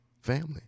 family